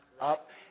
up